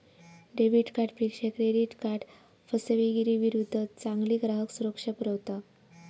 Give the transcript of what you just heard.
debit कार्डपेक्षा credit card फसवेगिरीविरुद्ध चांगली ग्राहक सुरक्षा पुरवता